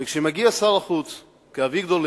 וכשמגיע שר חוץ כאביגדור ליברמן,